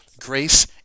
Grace